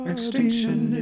Extinction